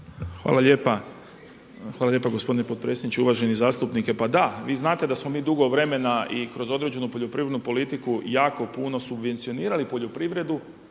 Hvala lijepa gospodine potpredsjedniče. Uvaženi zastupniče, pa da vi znate da smo mi dugo vremena i kroz određenu poljoprivrednu politiku jako puno subvencionirali poljoprivredu,